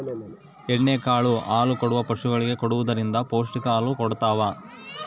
ಎಣ್ಣೆ ಕಾಳು ಹಾಲುಕೊಡುವ ಪಶುಗಳಿಗೆ ಕೊಡುವುದರಿಂದ ಪೌಷ್ಟಿಕ ಹಾಲು ಕೊಡತಾವ